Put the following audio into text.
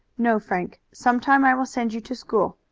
no, frank. some time i will send you to school.